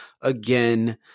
again